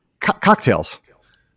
cocktails